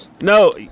No